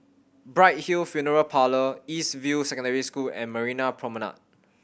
Bright Hill Funeral Parlour East View Secondary School and Marina Promenade